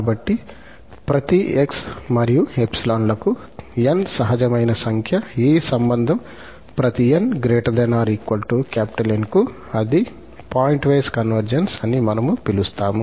కాబట్టి ప్రతి 𝑥 మరియు 𝜖 లకు 𝑁 సహజమైన సంఖ్య ఈ సంబంధం ప్రతి 𝑛 ≥ 𝑁 కు అది పాయింట్వైస్ కన్వర్జెన్స్ అని మనము పిలుస్తాము